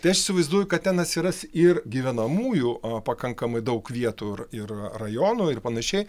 tai aš įsivaizduoju kad ten atsiras ir gyvenamųjų pakankamai daug vietų ir ir rajonų ir panašiai